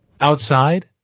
outside